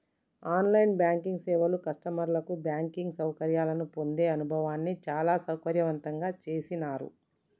on line banking సేవలు కస్టమర్లకు banking సౌకర్యాలను పొందే అనుభవాన్ని చాలా సౌకర్యవంతంగా చేసినాయ్